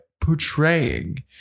portraying